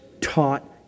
taught